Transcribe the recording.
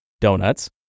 donuts